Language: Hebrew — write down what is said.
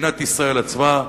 מדינת ישראל עצמה,